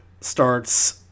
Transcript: starts